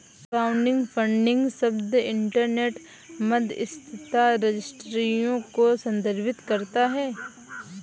crowdfunding शब्द internet मध्यस्थता रजिस्ट्रियों को संदर्भित करता है